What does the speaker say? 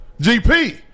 GP